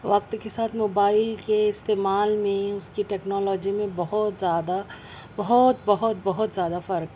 وقت کے ساتھ موبائل كے استعمال میں اُس كی ٹیكنالوجی میں بہت زیادہ بہت بہت بہت زیادہ فرق